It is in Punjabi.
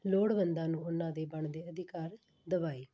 ਲੋੜਵੰਦਾਂ ਨੂੰ ਉਹਨਾਂ ਦੇ ਬਣਦੇ ਅਧਿਕਾਰ ਦਿਵਾਏ